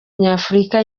nyafurika